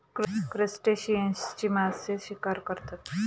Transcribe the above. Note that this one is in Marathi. क्रस्टेशियन्सची मासे शिकार करतात